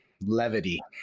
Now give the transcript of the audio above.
levity